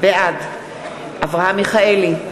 בעד אברהם מיכאלי,